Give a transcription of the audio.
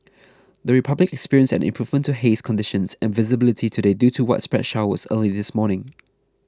the Republic experienced an improvement to haze conditions and visibility today due to widespread showers early this morning